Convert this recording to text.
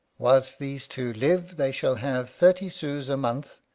whilst these two live, they shall have thirty sous a month,